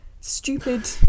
stupid